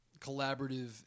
collaborative